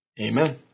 amen